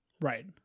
Right